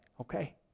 okay